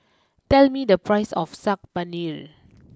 tell me the price of Saag Paneer